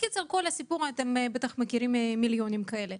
אתם בטח מכירים מיליונים כאלה.